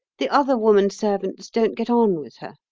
the other woman servants don't get on with her.